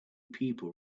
people